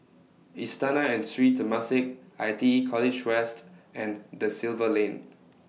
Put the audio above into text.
Istana and Sri Temasek I T E College West and DA Silva Lane